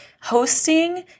hosting